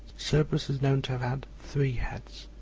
cerberus is known to have had three heads,